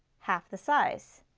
half the size.